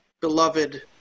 beloved